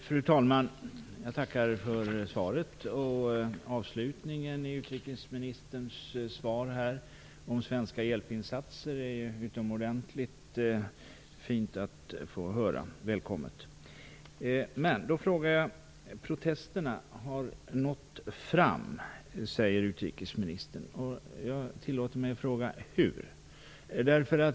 Fru talman! Jag tackar för svaret. Det är utomordentligt fint att få höra slutet av utrikesministerns svar om svenska hjälpinsatser. Det är välkommet. Utrikesministern säger att protesterna har nått fram. Jag tillåter mig att fråga: Hur?